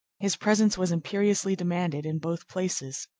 his presence was imperiously demanded in both places.